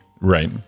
Right